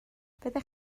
fyddech